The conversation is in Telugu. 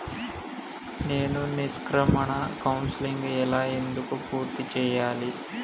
నేను నిష్క్రమణ కౌన్సెలింగ్ ఎలా ఎందుకు పూర్తి చేయాలి?